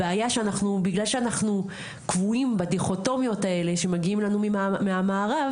הבעיה בגלל שאנחנו קבועים בדיכוטומיות האלה שמגיעים אלינו מהמערב